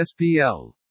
SPL